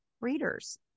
readers